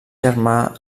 germà